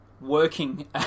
working